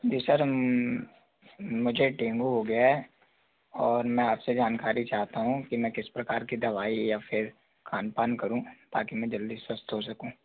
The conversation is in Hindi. जी सर मुझे डेंगू हो गया है और मैं आपसे जानकारी चाहता हूँ कि मैं किस प्रकार की दवाई या फिर खान पान करूँ ताकि मैं जल्दी स्वस्थ हो सकूँ